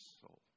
soul